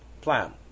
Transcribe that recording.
plan